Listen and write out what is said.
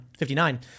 59